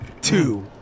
two